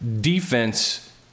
defense